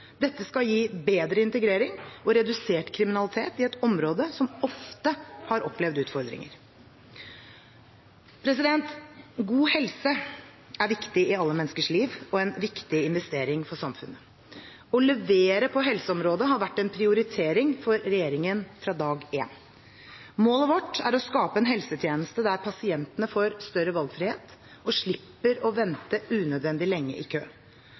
Dette skal gi bedre integrering og redusert kriminalitet i et område som ofte har opplevd utfordringer. God helse er viktig i alle menneskers liv og en viktig investering for samfunnet. Å levere på helseområdet har vært en prioritering for regjeringen fra dag én. Målet vårt er å skape en helsetjeneste der pasientene får større valgfrihet og slipper å vente unødvendig lenge i kø.